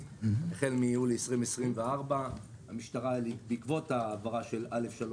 החל מיולי 2024. בעקבות ההעברה של א'3